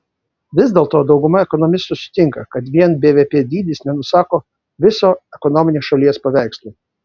vis dėlto dauguma ekonomistų sutinka kad vien bvp dydis nenusako viso ekonominio šalies paveikslo